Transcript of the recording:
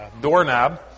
doorknob